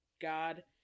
god